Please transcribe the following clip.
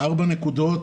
ארבע נקודות,